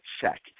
check